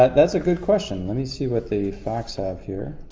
that's a good question, let me see what the facts i have here.